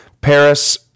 Paris